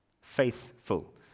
faithful